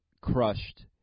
crushed